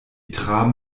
tram